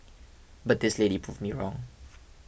but this lady proved me wrong